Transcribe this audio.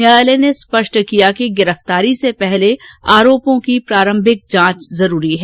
न्यायालय ने स्पष्ट किया कि गिरफ्तारी से पहले आरोपों की प्रारम्भिक जांच जरूरी है